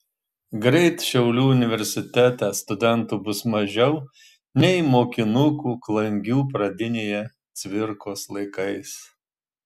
greit šiaulių universitete studentų bus mažiau nei mokinukų klangių pradinėje cvirkos laikais